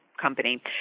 company